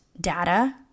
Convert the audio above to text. data